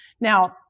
Now